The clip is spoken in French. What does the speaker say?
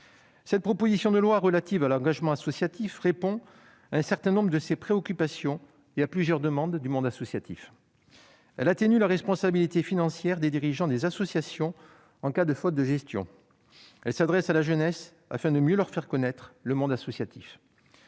La proposition de loi en faveur de l'engagement associatif répond à un certain nombre de ces préoccupations et à plusieurs demandes du monde associatif : elle atténue la responsabilité financière des dirigeants des associations en cas de faute de gestion ; elle s'adresse à la jeunesse, afin de mieux lui faire connaître le monde associatif